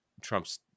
Trump's